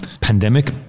pandemic